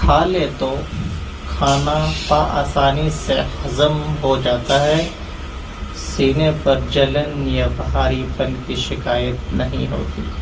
کھا لیں تو کھانا با آسانی سے ہضم ہو جاتا ہے سینے پر جلن یا بھاری پن کی شکایت نہیں ہوتی